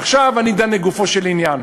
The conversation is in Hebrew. עכשיו אני דן לגופו של עניין.